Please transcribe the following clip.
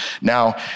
now